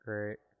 Great